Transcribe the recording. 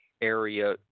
area